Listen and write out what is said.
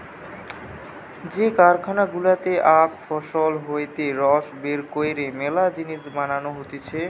যে কারখানা গুলাতে আখ ফসল হইতে রস বের কইরে মেলা জিনিস বানানো হতিছে